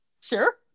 Sure